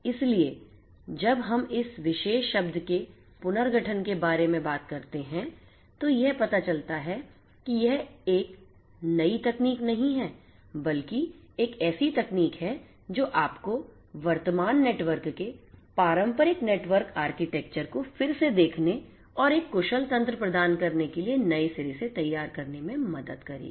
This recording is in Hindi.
इसलिए जब हम इस विशेष शब्द के पुनर्गठन के बारे में बात करते हैं तो यह पता चलता है कि यह एक नई तकनीक नहीं है बल्कि एक ऐसी तकनीक है जो आपको वर्तमान नेटवर्क के पारंपरिक नेटवर्क आर्किटेक्चर को फिर से देखने और एक कुशल तंत्र प्रदान करने के लिए नए सिरे से तैयार करने में मदद करेगी